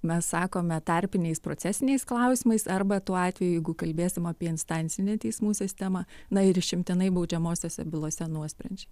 mes sakome tarpiniais procesiniais klausimais arba tuo atveju jeigu kalbėsim apie instancinę teismų sistemą na ir išimtinai baudžiamosiose bylose nuosprendžiai